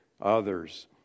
others